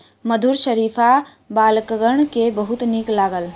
मधुर शरीफा बालकगण के बहुत नीक लागल